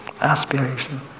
aspiration